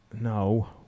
No